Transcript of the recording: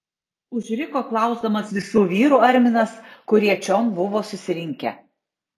užriko klausdamas visų vyrų arminas kurie čion buvo susirinkę